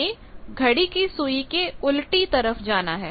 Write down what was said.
हमें घड़ी की सुई के उल्टी तरफ जाना है